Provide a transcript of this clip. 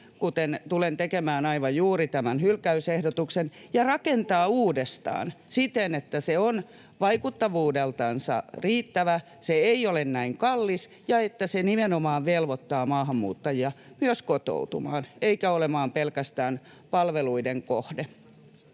kuten tulen tekemään aivan juuri hylkäysehdotuksen — ja rakentaa uudestaan siten, että se on vaikuttavuudeltansa riittävä, ettei se ole näin kallis ja että se nimenomaan velvoittaa maahanmuuttajia myös kotoutumaan eikä olemaan pelkästään palveluiden kohde.